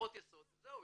הנחות יסוד, וזהו.